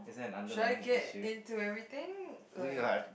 should I get into everything like